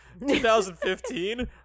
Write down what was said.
2015